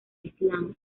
islam